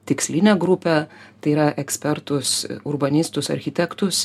tikslinę grupę tai yra ekspertus urbanistus architektus